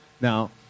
Now